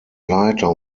leiter